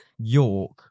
York